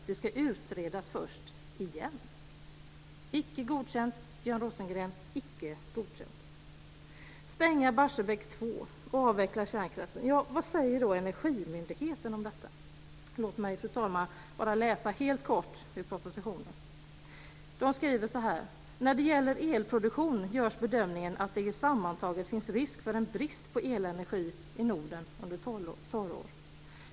Det ska först utredas igen. Icke godkänt, Björn Rosengren, icke godkänt! Sedan har vi detta med att stänga Barsebäck 2 och avveckla kärnkraften. Vad säger då Energimyndigheten om detta? Låt mig läsa helt kort ut propositionen: "När det gäller elproduktion görs bedömningen att det sammantaget finns risk för en brist på elenergi i Norden under torrår.